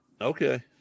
Okay